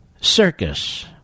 circus